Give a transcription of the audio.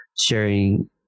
sharing